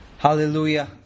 Hallelujah